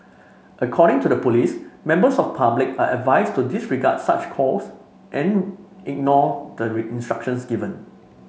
according to the police members of public are advised to disregard such calls and ignore the instructions given